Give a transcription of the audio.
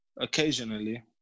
Occasionally